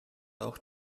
auch